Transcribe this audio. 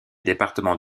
départements